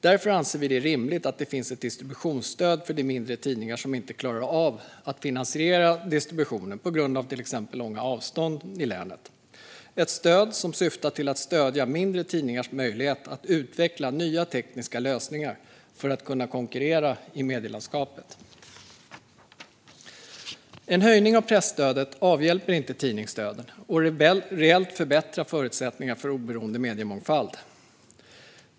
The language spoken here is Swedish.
Därför anser vi det rimligt att det finns ett distributionsstöd för de mindre tidningar som inte klarar av att finansiera distributionen på grund av till exempel långa avstånd i länet. Det är ett stöd som syftar till att stödja mindre tidningars möjlighet att utveckla nya tekniska lösningar för att kunna konkurrera i medielandskapet. En höjning av presstödet avhjälper inte tidningsdöden och förbättrar inte reellt förutsättningarna för oberoende mediemångfald.